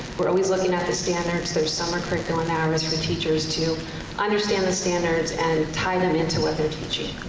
we're always looking at the standards. there's summer curriculum hours for teachers to understand the standards and tie them into what they're teaching,